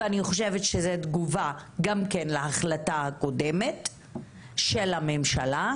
אני חושבת שזה תגובה גם כן להחלטה הקודמת של הממשלה.